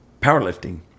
powerlifting